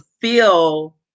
feel